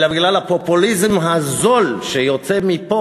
אלא בגלל הפופוליזם הזול שיוצא מפה,